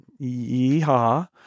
Yeehaw